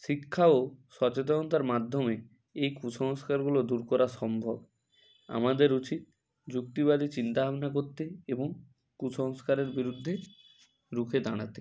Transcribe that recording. শিক্ষা ও সচেতনতার মাধ্যমে এই কুসংস্কারগুলো দূর করার সম্ভব আমাদের উচিত যুক্তিবাদী চিন্তা ভাবনা করতে এবং কুসংস্কারের বিরুদ্ধে রুখে দাঁড়াতে